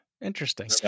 Interesting